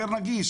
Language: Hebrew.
יותר נגיש.